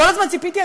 כל הזמן ציפיתי,